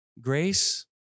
Grace